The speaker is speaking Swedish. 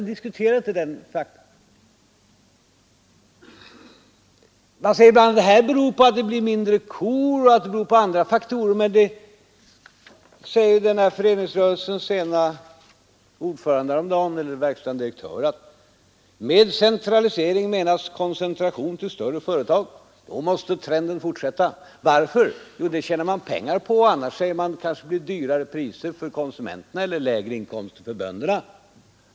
Vi diskuterar inte den frågan. Det sägs ibland att denna utveckling beror på att antalet kor minskar eller på andra faktorer. Men föreningsrörelsens verkställande direktör förklarar att om man med centralisering menar koncentration till större företag, då måste den trenden fortsätta. Varför? Jo, det tjänar man pengar på. Annars, säger man, blir det kanske högre priser för konsumenterna eller lägre inkomster för bönderna.